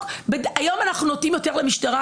היום אנחנו נוטים יותר למשטרה,